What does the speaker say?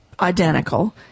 Identical